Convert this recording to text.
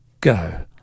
Go